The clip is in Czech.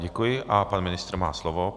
Děkuji a pan ministr má slovo.